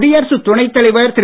குடியரசு துணைத்தலைவர் திரு